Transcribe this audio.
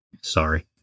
sorry